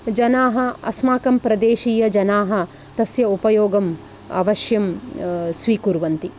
जनाः अस्माकं प्रदेशीयजनाः तस्य उपयोगं अवश्यं स्वीकुर्वन्ति